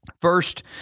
First